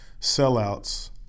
sellouts